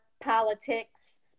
politics